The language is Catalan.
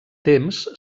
temps